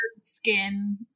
skin